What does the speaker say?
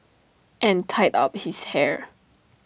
and tied up his hair